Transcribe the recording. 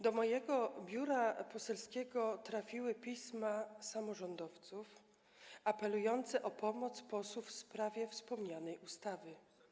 Do mojego biura poselskiego trafiły pisma samorządowców apelujące o pomoc posłów w sprawie wspomnianej ustawy.